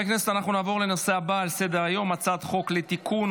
אנחנו נעבור לנושא הבא על סדר-היום: הצעת חוק לתיקון